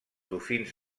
dofins